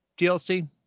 DLC